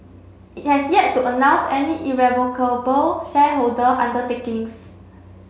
it has yet to announce any irrevocable shareholder undertakings